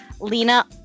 Lena